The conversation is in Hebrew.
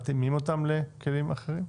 מתאימים אותן לכלים אחרים?